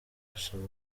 gusoma